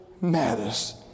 matters